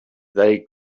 they